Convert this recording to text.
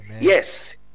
Yes